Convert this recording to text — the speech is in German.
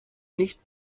nicht